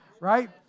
right